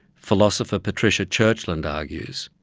philosopher patricia churchland argues,